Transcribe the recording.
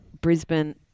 Brisbane